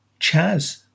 Chaz